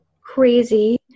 crazy